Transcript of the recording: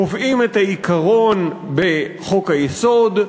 קובעים את העיקרון בחוק-היסוד,